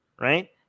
right